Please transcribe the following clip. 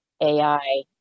AI